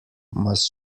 must